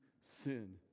sin